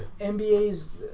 NBA's